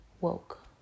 woke